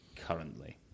Currently